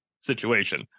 situation